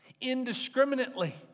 Indiscriminately